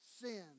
sin